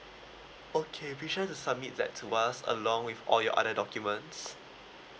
okay be sure submit that to us along with all your other documents